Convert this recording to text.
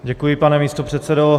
Děkuji, pane místopředsedo.